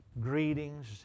greetings